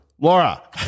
laura